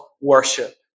worship